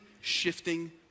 shifting